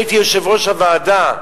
אני הייתי יושב-ראש הוועדה,